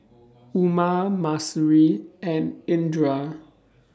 Umar Mahsuri and Indra